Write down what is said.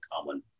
common